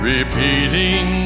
Repeating